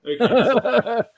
Okay